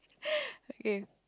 okay